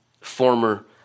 former